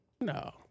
No